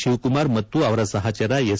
ಶಿವಕುಮಾರ್ ಮತ್ತು ಅವರ ಸಹಚರ ಎಸ್